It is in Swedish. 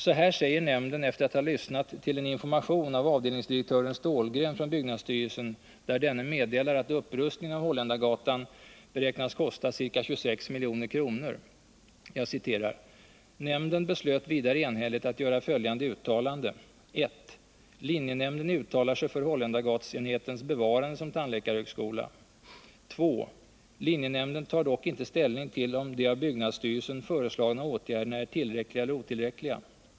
Så här säger nämnden efter att ha lyssnat till en information av avdelningsdirektören Ståhlgren från byggnadsstyrelsen, där denne meddelar att upprustningen av Holländargatan beräknas kosta ca 26 milj.kr.: ”Nämnden beslöt vidare enhälligt att göra följande uttalande: 2. Linjenämnden tar dock inte ställning till om de av byggnadsstyrelsen föreslagna åtgärderna är tillräckliga eller otillräckliga.